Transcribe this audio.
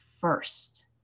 first